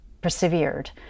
persevered